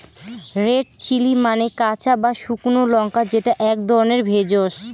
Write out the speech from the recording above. red chilli মানে কাঁচা বা শুকনো লঙ্কা যেটা এক ধরনের ভেষজ